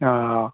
ആ ആ